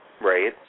Right